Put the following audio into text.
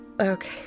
Okay